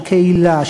של קהילה,